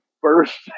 first